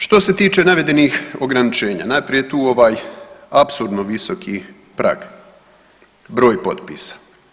Što se tiče navedenih ograničenja, najprije je tu ovaj apsurdno visoki prag, broj potpisa.